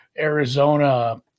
Arizona